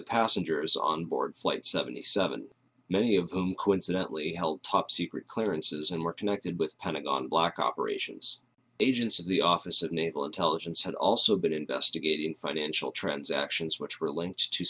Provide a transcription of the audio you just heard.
the passengers on board flight seventy seven many of whom coincidently helped top secret clearances and were connected with pentagon black operations agents of the office of naval intelligence had also been investigating financial transactions which were linked to